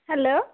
hello